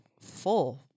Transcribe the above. full